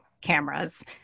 cameras